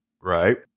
Right